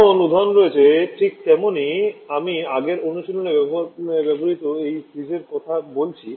যেমন উদাহরণ রয়েছে ঠিক তেমনই আমি আগের অনুশীলনে ব্যবহৃত একই ফ্রিজের কথা বলছি